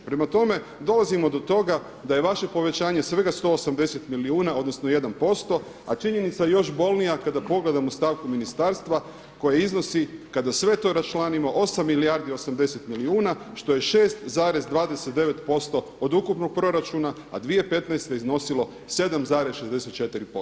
Prema tome, dolazimo do toga da je vaše povećanje svega 180 milijuna odnosno 1% a činjenica još bolnija kada pogledamo stavku ministarstva koja iznosi kada sve to raščlanimo 8 milijardi 80 milijuna što je 6,29% od ukupnog proračuna a 2015. iznosilo 7,64%